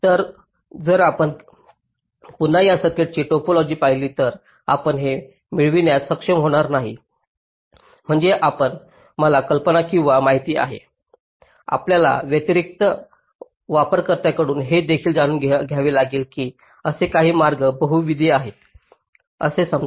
तर जर आपण पुन्हा या सर्किटची टोपोलॉजी पाहिली तर आपण हे मिळविण्यास सक्षम होणार नाही म्हणजे मला कल्पना किंवा माहिती आहे आपल्याला व्यतिरिक्त वापरकर्त्याकडून हे देखील जाणून घ्यावे लागेल की असे काही मार्ग बहुविध आहेत असे समजा